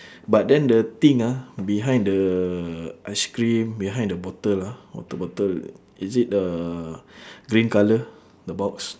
but then the thing ah behind the ice cream behind the bottle ah water bottle is it uh green colour the box